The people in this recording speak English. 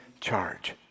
charge